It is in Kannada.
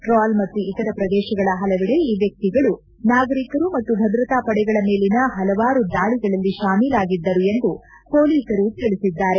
ಟ್ರಾಲ್ ಮತ್ತು ಇತರ ಪ್ರದೇಶಗಳ ಹಲವೆಡೆ ಈ ವ್ಯಕ್ತಿಗಳು ನಾಗರಿಕರು ಮತ್ತು ಭದ್ರತಾ ಪಡೆಗಳ ಮೇಲಿನ ಹಲವಾರು ದಾಳಿಗಳಲ್ಲಿ ಶಾಮೀಲಾಗಿದ್ದರು ಎಂದು ಪೊಲೀಸರು ತಿಳಿಸಿದ್ದಾರೆ